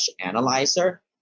analyzer